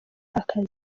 akazi